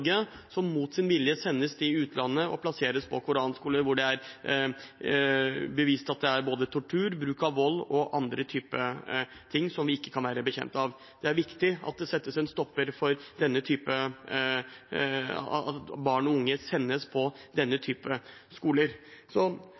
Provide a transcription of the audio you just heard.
som mot sin vilje sendes til utlandet og plasseres på koranskoler hvor det er bevist at det er både tortur, bruk av vold og andre typer ting som vi ikke kan være bekjent av. Det er viktig at det settes en stopper for at barn og unge sendes til denne typen skoler.